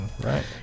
right